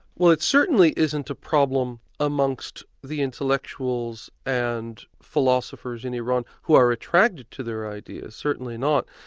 well it certainly isn't a problem amongst the intellectuals and philosophers in iran who are attracted to their ideas, certainly not.